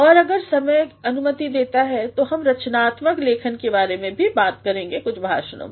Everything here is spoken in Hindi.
और अगर समय अनुमति देता है तो हम रचनात्मक लेखन के बारे में भी बात करेंगे कुछ भाषणों में